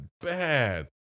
bad